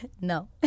No